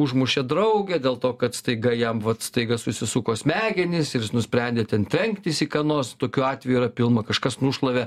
užmušė draugę dėl to kad staiga jam vat staiga susisuko smegenys nusprendė ten trenktis į ką nors tokių atvejų yra pilna kažkas nušlavė